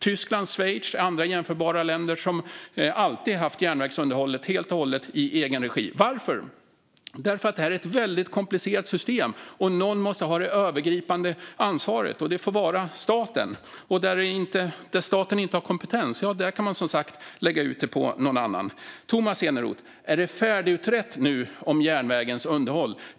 Tyskland, Schweiz och andra jämförbara länder har alltid haft järnvägsunderhållet helt och hållet i egen regi. Varför? Jo, därför att det är ett väldigt komplicerat system. Någon måste ha det övergripande ansvaret, och det får vara staten. Och där staten inte har kompetens kan man som sagt lägga ut det på någon annan. Tomas Eneroth! Är det nu färdigutrett om järnvägens underhåll?